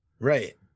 Right